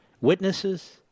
Witnesses